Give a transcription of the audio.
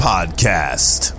Podcast